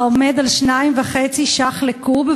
העומד על 2.5 שקלים לקוב,